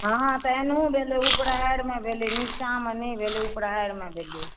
हँ हँ तऽ एनेहो भेलै उपराहाइरमे भेलै नीचाँमे नहि भेलै उपराहाइरमे भेलै